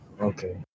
okay